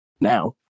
now